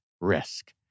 risk